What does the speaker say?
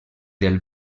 del